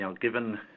given